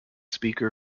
speaker